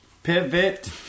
Pivot